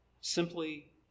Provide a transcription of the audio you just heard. Simply